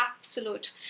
absolute